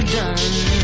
done